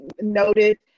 noted